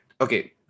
Okay